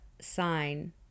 sign